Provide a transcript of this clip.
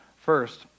First